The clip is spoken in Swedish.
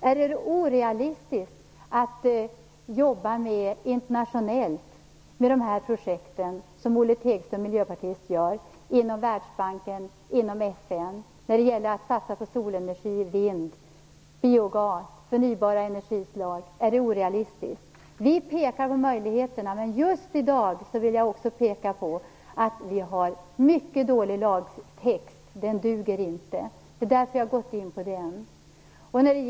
Är det orealistiskt att jobba internationellt med dessa projekt, som Olof Tegström, miljöpartist, gör, t.ex. inom Världsbanken och inom FN, när det gäller att satsa på solenergi, vind, biogas och förnybara energislag. Är det orealistiskt? Vi pekar på möjligheterna. Just i dag vill jag också peka på att lagtexten är mycket dålig. Den duger inte. Det är därför jag har gått in på den.